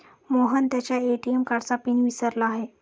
मोहन त्याच्या ए.टी.एम कार्डचा पिन विसरला आहे